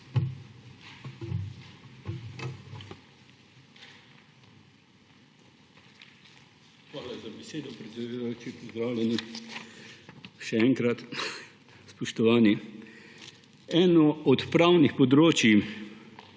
Hvala za besedo, predsedujoča. Pozdravljeni še enkrat. Spoštovani! Eno od pravnih področij,